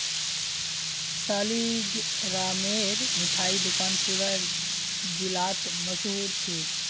सालिगरामेर मिठाई दुकान पूरा जिलात मशहूर छेक